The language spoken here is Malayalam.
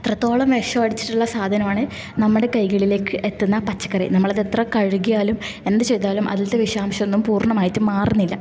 അത്രത്തോളം വിഷം അടിച്ചിട്ടുള്ള സാധനമാണ് നമ്മുടെ കൈകളിലേക്ക് എത്തുന്ന പച്ചക്കറി നമ്മളെത്ര കഴുകിയാലും എന്ത് ചെയ്താലും അതിലത്തെ വിഷാംശം ഒന്നും പൂർണ്ണമായിട്ട് മാറുന്നില്ല